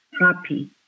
happy